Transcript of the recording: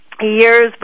years